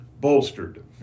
bolstered